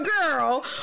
girl